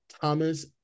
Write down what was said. thomas